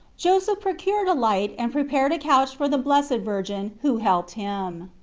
joseph procured a light and prepared a couch for the blessed virgin who helped him.